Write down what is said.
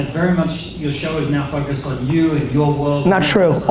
very much your show is now focused on you and your world not true.